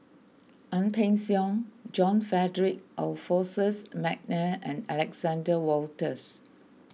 Ang Peng Siong John Frederick Adolphus McNair and Alexander Wolters